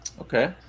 Okay